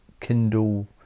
Kindle